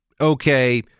Okay